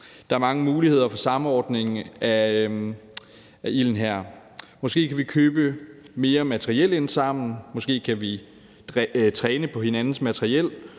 Der er mange muligheder for samordning her. Måske kan vi købe mere materiel ind sammen, måske kan vi træne på hinandens materiel,